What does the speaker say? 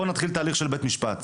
בוא נתחיל תהליך של בית משפט.